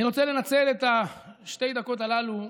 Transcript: אני רוצה לנצל את שתי הדקות הללו,